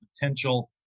potential